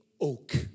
oak